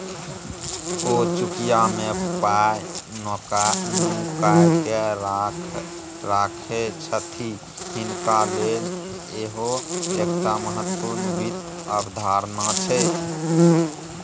ओ चुकिया मे पाय नुकाकेँ राखय छथि हिनका लेल इहो एकटा महत्वपूर्ण वित्त अवधारणा छै